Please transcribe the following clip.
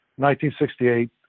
1968